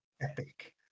Epic